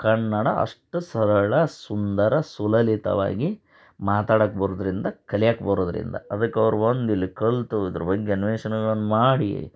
ಕನ್ನಡ ಅಷ್ಟು ಸರಳ ಸುಂದರ ಸುಲಲಿತವಾಗಿ ಮಾತಾಡಕ್ಕೆ ಬರುವುದ್ರಿಂದ ಕಲಿಯಕ್ಕೆ ಬರುವುದ್ರಿಂದ ಅದಕ್ಕೇ ಅವ್ರು ಬಂದು ಇಲ್ಲಿ ಕಲಿತು ಇದ್ರ ಬಗ್ಗೆ ಅನ್ವೇಷಣೆಗಳನ್ನು ಮಾಡಿ